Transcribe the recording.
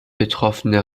betroffene